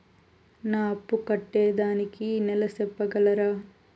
నా అప్పు కట్టేదానికి నెల సెప్పగలరా?